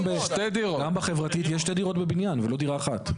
גם בחברתית יש שתי דירות בבניין, ולא דירה אחת.